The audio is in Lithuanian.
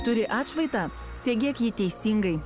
turi atšvaitą segėk jį teisingai